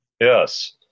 yes